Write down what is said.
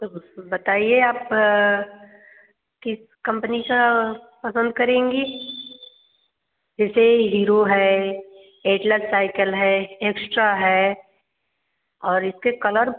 तो बताइए आप किस कम्पनी का पसंद करेंगे जैसे हीरो है एटलस साइकल है एक्स्ट्रा है और इसके कलर